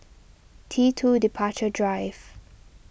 T two Departure Drive